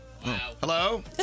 Hello